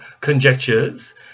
conjectures